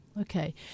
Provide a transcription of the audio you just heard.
Okay